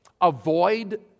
avoid